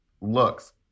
looks